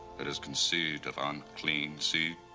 that is conceived of unclean seed?